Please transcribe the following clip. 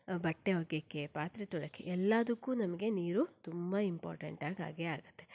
ಬಟ್ಟೆ ಒಗ್ಯೋಕ್ಕೆ ಪಾತ್ರೆ ತೊಳ್ಯಕ್ಕೆ ಎಲ್ಲದಕ್ಕೂ ನಮಗೆ ನೀರು ತುಂಬ ಇಂಪಾರ್ಟೆಂಟ್ ಆಗಿ ಆಗೇ ಆಗುತ್ತೆ